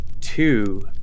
two